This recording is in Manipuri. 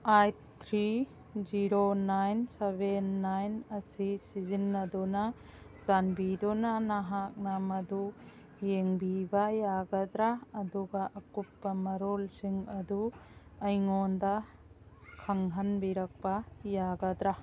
eight three zero nine seven nine ꯑꯁꯤ ꯁꯤꯖꯤꯟꯅꯗꯨꯅ ꯆꯥꯟꯕꯤꯗꯨꯅ ꯅꯍꯥꯛꯅ ꯃꯗꯨ ꯌꯦꯡꯕꯤꯕ ꯌꯥꯒꯗ꯭ꯔ ꯑꯗꯨꯒ ꯑꯀꯨꯞꯄ ꯃꯔꯣꯜꯁꯤꯡ ꯑꯗꯨ ꯑꯩꯉꯣꯟꯗ ꯈꯪꯍꯟꯕꯤꯔꯛꯄ ꯌꯥꯒꯗ꯭ꯔ